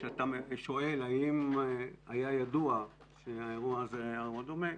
כשאתה שואל האם היה ידוע שהאירוע הזה דומה,